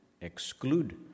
exclude